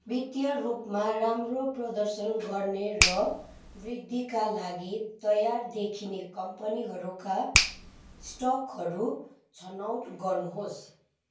वित्तीय रूपमा राम्रो प्रदर्शन गर्ने र वृद्धिका लागि तयार देखिने कम्पनीहरूका स्टकहरू छनौट गर्नुहोस्